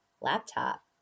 laptop